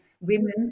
women